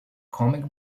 comic